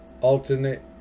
alternate